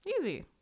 easy